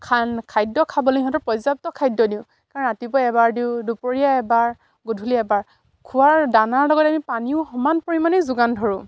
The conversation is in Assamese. খাদ্য খাবলে সিহঁতৰ পৰ্যাপ্ত খাদ্য দিওঁ কাৰণ ৰাতিপুৱা এবাৰ দিওঁ দুপৰীয়া এবাৰ গধূলি এবাৰ খোৱাৰ দানাৰ লগতে আমি পানীও সমান পৰিমাণে যোগান ধৰোঁ